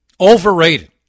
overrated